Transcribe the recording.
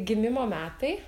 gimimo metai